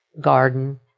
garden